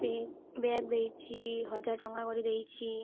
bag ଦେଇଛିି ହଜାର ଟଙ୍କା କରିଦେଇଛିି